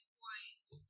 points